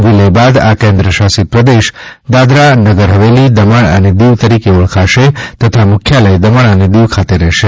વિલય બાદ આ કેન્દ્ર શાસિત પ્રદેશ દાદરા નગર હવેલી દમણ અને દીવ તરીકે ઓળખાશે તથા મુખ્યાલય દમણ અને દીવ ખાતે રહેશે